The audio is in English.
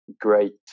great